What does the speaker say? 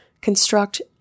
construct